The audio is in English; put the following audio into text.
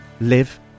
live